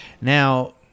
Now